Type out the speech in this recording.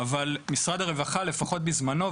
אבל משרד הרווחה לפחות בזמנו,